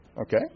Okay